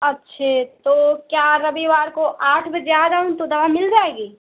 अच्छे तो क्या रविवार को आठ बजे आ जाऊँ तो दवा मिल जाएगी